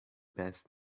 best